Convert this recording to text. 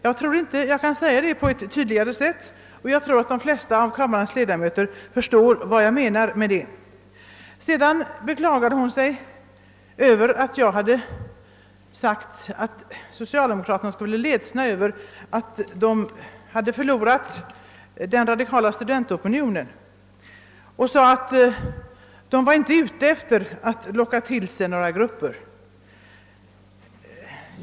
Jag tror inte att jag kan säga det tydligare, och de flesta av kammarens ledamöter torde vid det här laget ha förstått vad jag menar. Fru Dahl beklagade sig över att jag hade sagt att socialdemokraterna skulle vara ledsna över att de förlorat den radikala studentopinionen. Socialdemokraterna är inte ute efter att locka till sig några grupper, hävdade fru Dahl.